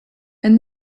and